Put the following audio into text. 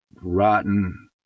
rotten